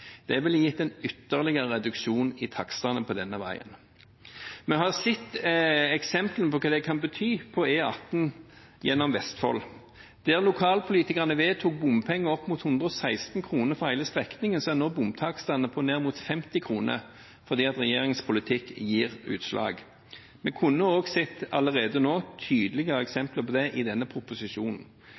på denne veien. Vi har sett eksempler på hva det kan bety på E18 gjennom Vestfold. Der lokalpolitikerne vedtok bompenger opp mot 116 kr for hele strekningen, er nå bomtakstene på ned mot 50 kr, fordi regjeringens politikk gir utslag. Vi kunne også sett allerede nå tydeligere eksempler på det i denne proposisjonen.